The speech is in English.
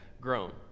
grown